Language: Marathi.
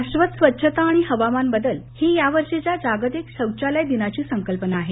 शाश्वत स्वच्छता आणि हवामान बदल ही या वर्षीच्या जागतिक शौचालय दिवसाची संकल्पना आहे